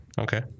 Okay